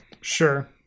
sure